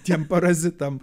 tiem parazitam